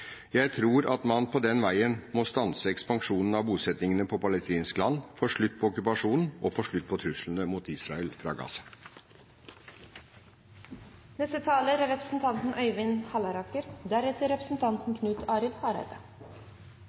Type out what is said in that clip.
Jeg tror at man på den veien må stanse ekspansjonen av bosettingene på palestinsk land, få slutt på okkupasjonen og få slutt på truslene mot Israel fra